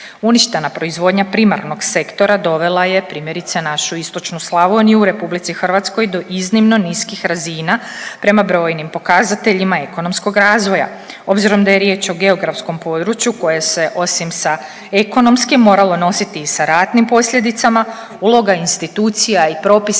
Uništena proizvodnja primarnog sektora dovela je primjerice našu Istočnu Slavoniju u RH do iznimno niskih razina prema brojnim pokazateljima ekonomskog razvoja. Obzirom da je riječ o geografskom području koje se osim sa ekonomskim moralo nositi i sa ratnim posljedicama, uloga institucija i propisa